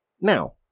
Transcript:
now